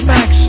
Max